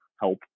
help